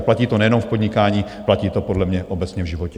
A platí to nejenom v podnikání, platí to podle mě i obecně v životě.